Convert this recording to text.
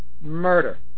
Murder